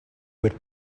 would